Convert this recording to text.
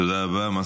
תודה רבה.